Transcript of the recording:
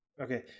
Okay